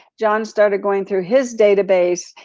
john started going through his database.